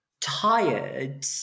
tired